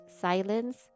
silence